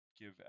give